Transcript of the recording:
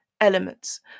elements